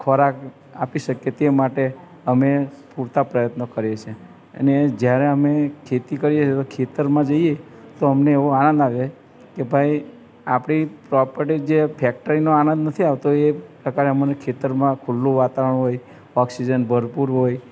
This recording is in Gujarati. ખોરાક આપી શકીએ તે માટે અમે પૂરતા પ્રયત્નો કરીએ છીએ અને જ્યારે અમે ખેતી કરીએ છે તો ખેતરમાં જઈએ તો અમને એવો આનંદ આવે કે કે ભાઈ આપણી પ્રોપટી જે ફેક્ટરીનો આનંદ નથી આવતો એ અત્યારે અમોને ખેતરમાં ખુલ્લું વાતાવરણ હોય ઑક્સિજન ભરપૂર હોય